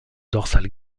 dorsale